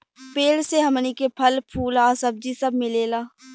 पेड़ से हमनी के फल, फूल आ सब्जी सब मिलेला